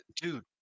dude